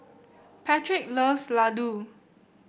Patric loves Ladoo